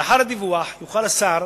לאחר הדיווח יוכל השר,